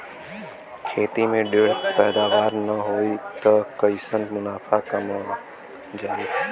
खेती में ढेर पैदावार न होई त कईसे मुनाफा कमावल जाई